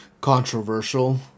controversial